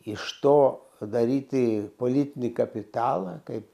iš to daryti politinį kapitalą kaip